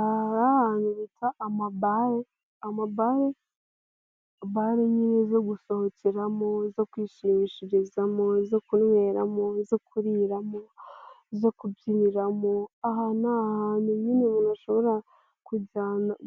Ahantu bita amabare, amabare nyine zo gusohokeramo, zo kwishimishiriza, zo kunyweramo, zo kuriramo, zo kubyiniramo, aha ni ahantu nyine umuntu ashobora